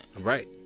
right